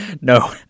No